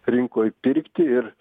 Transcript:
rinkoj pirkti ir